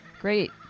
Great